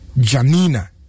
Janina